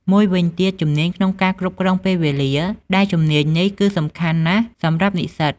មួយវិញទៀត ជំនាញក្នុងការគ្រប់គ្រងពេលវេលា ដែលជំនាញនេះគឺសំខាន់ណាស់សម្រាប់និស្សិត។